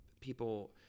people